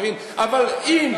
אבל אם,